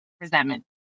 resentment